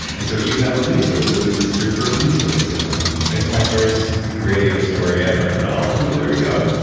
and so you have a mini-story. this is your first mini-story it's so um it's my first radio story ever at and all. so there we go.